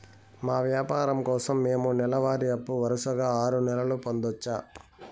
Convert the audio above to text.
మా వ్యాపారం కోసం మేము నెల వారి అప్పు వరుసగా ఆరు నెలలు పొందొచ్చా?